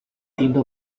tinta